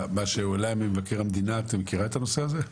מהאחוז הממוצע על כלל התלונות שעומד על